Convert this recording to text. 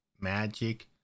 Magic